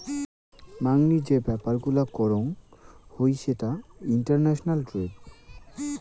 মাংনি যে ব্যাপার গুলা করং হই সেটা ইন্টারন্যাশনাল ট্রেড